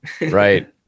Right